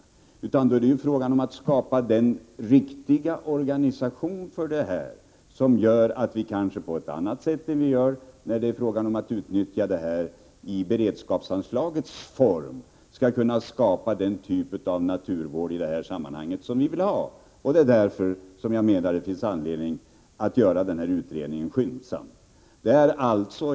Det är fråga om att skapa en riktig organisation som på ett annat sätt än när det gäller att utnyttja pengarna i beredskapsanslagets form skall kunna skapa den typ av naturvård som vi vill ha. Det är därför jag menar att det finns anledning att göra utredningen skyndsamt.